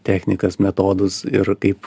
technikas metodus ir kaip